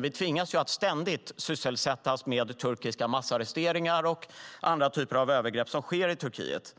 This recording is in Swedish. Vi tvingas att ständigt sysselsätta oss med turkiska massarresteringar och andra typer av övergrepp som sker i Turkiet.